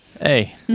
Hey